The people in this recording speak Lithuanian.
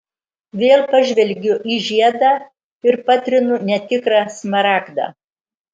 vėl pažvelgiu į žiedą ir patrinu netikrą smaragdą